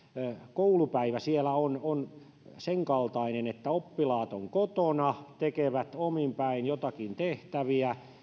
koulupäivä siellä on on senkaltainen että oppilaat ovat kotona tekevät omin päin joitakin tehtäviä